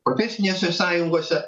profesinėse sąjungose